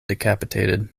decapitated